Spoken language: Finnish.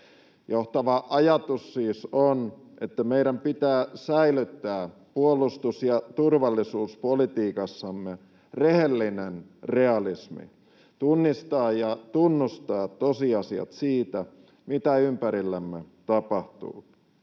Johtava ajatus siis on, että meidän pitää säilyttää puolustus- ja turvallisuuspolitiikassamme rehellinen realismi, tunnistaa ja tunnustaa tosiasiat siitä, mitä ympärillämme tapahtuu.